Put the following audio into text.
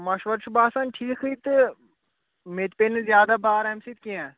مَشوَر چھُ باسان ٹھیٖکٕے تہٕ مےٚ تہِ پے نہٕ زیادہ بار اَمہِ سۭتۍ کیٚنٛہہ